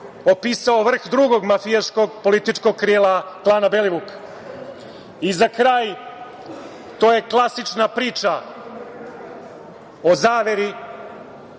opisao vrh drugog mafijaškog, političkog krila klana Belivuk.Za kraj, to je klasična priča o zaveri,